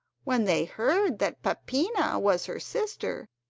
when they heard that peppina was her sister,